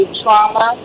trauma